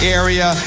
area